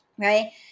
right